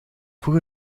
voeg